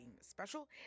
special